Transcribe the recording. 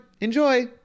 enjoy